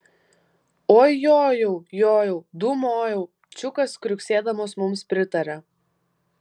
oi jojau jojau dūmojau čiukas kriuksėdamas mums pritaria